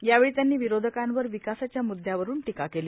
यावेळी त्यांनी विरोधकांवर विकासाच्या मृदयावरून टिका केली